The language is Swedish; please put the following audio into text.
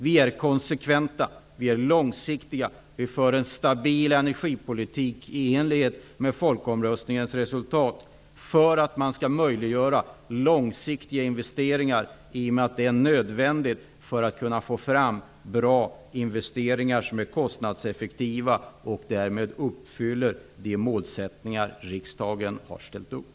Vi är konsekventa och långsiktiga. Vi för en stabil energipolitik i enlighet med folkomröstningens resultat för att kunna möjliggöra långsiktiga investeringar. Det är nödvändigt för att man skall kunna få bra investeringar som är kostnadseffektiva och därmed uppfyller de målsättningar som riksdagen har ställt upp.